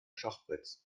schachbretts